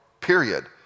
period